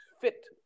fit